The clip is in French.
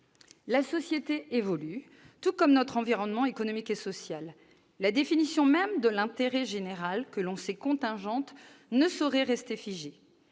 la société évolue, tout comme notre environnement économique et social. La définition même de l'intérêt général, que l'on sait contingente, ne saurait rester figée.